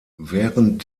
während